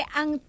ang